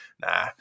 nah